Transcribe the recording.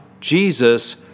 Jesus